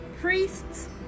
priests